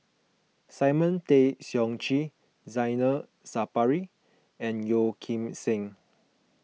Simon Tay Seong Chee Zainal Sapari and Yeo Kim Seng